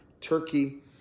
Turkey